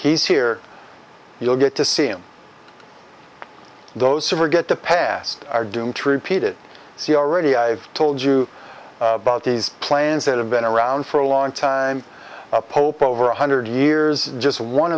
he's here you'll get to see him those who are get the past are doomed to repeat it see already i've told you about these plans that have been around for a long time a pope over one hundred years just one